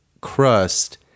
crust